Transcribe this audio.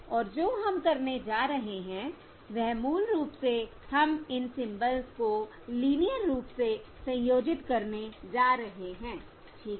और जो हम करने जा रहे हैं वह मूल रूप से हम इन सिंबल्स को लीनियर रूप से संयोजित करने जा रहे हैं ठीक है